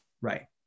Right